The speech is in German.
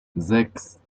sechs